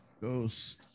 Ghost